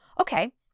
Okay